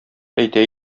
әйтә